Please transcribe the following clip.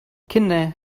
kinder